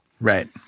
Right